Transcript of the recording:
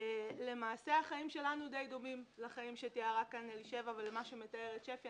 ולמעשה החיים שלנו די דומים לחיים שתיארה כאן אלישבע ולמה שמתארת שפי.